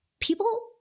People